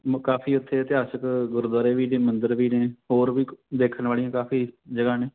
ਕਾਫੀ ਉੱਥੇ ਇਤਿਹਾਸਿਕ ਗੁਰਦੁਆਰੇ ਵੀ ਜੀ ਮੰਦਿਰ ਵੀ ਨੇ ਹੋਰ ਵੀ ਦੇਖਣ ਵਾਲੀਆਂ ਕਾਫੀ ਜਗ੍ਹਾ ਨੇ